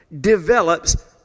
develops